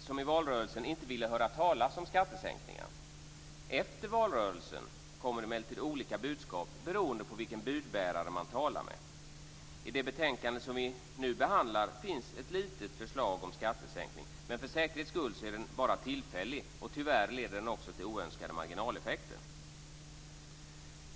som i valrörelsen inte ville höra talas om skattesänkningar. Efter valrörelsen kom det emellertid olika budskap beroende på vilken budbärare man talade med. I det betänkande vi nu behandlar finns ett litet förslag till skattesänkning, men för säkerhets skull är den bara tillfällig. Tyvärr leder den också till oönskade marginaleffekter.